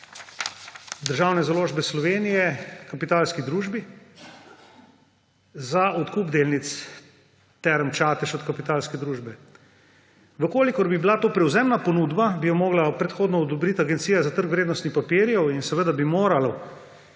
Državne založbe Slovenije kapitalski družbi za odkup delnic Term Čatež od kapitalske družbe. Če bi bila to prevzemna ponudba, bi jo morala predhodno odobriti Agencija za trg vrednostnih papirjev in seveda bi moral